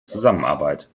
zusammenarbeit